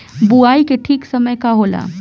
बुआई के ठीक समय का होला?